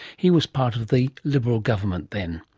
he was part of the liberal government, then.